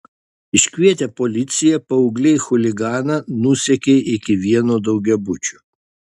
iškvietę policiją paaugliai chuliganą nusekė iki vieno daugiabučio